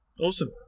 Awesome